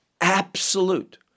absolute